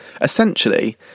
Essentially